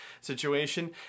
situation